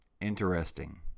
Interesting